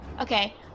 Okay